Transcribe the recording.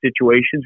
situations